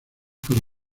para